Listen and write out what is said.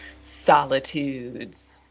Solitudes